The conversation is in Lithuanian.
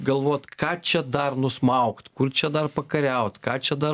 galvot ką čia dar nusmaugt kur čia dar pakariaut ką čia dar